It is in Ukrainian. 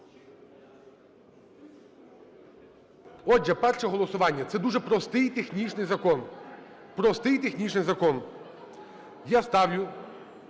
Отже, перше голосування. Це дуже простий, технічний закон. Простий,